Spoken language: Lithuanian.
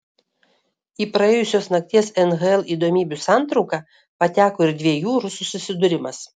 į praėjusios nakties nhl įdomybių santrauką pateko ir dviejų rusų susidūrimas